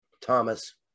Thomas